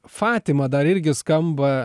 fatima dar irgi skamba